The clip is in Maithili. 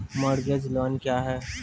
मोरगेज लोन क्या है?